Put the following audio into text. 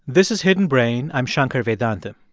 this is hidden brain. i'm shankar vedantam